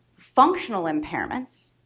functional impairments